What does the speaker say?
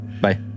Bye